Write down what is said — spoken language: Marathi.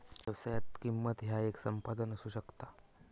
व्यवसायात, किंमत ह्या येक संपादन असू शकता